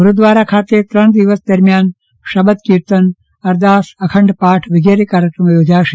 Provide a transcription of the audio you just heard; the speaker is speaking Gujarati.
ગુરુદ્વારા ખાતે ત્રણ દિવસ દરમ્યાન શબદ કીર્તનઅરદાસ અખંડ પાઠ વગેરે કાર્યક્રમો યોજાશે